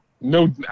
No